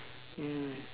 mm